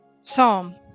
Psalm